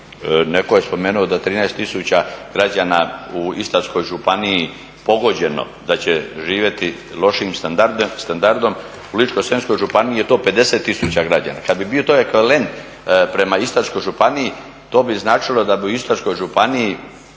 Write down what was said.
netko je spomenuo da 13 tisuća građana u Istarskoj županiji pogođeno, da će živjeti lošim standardom, u Ličko-senjskoj županiji je to 50 tisuća građana. Kad bi bio to ekvivalent prema Istarskoj županiji, to bi značilo da bi u Istarskoj županiji,